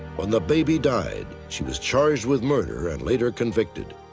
when the baby died, she was charged with murder and later convicted.